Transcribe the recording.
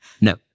No